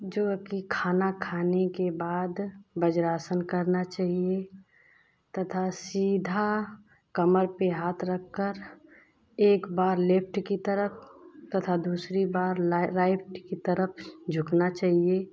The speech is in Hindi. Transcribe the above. जो कि खाना खाने के बाद वज्रासन करना चाहिए तथा सीधा कमर पे हाथ रखकर एक बार लेफ्ट की तरफ़ तथा दूसरी बार ला राईट की तरफ़ झुकना चाहिए